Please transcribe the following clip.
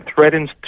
threatens